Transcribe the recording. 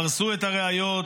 פרסו את הראיות,